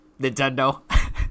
Nintendo